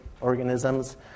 organisms